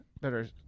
better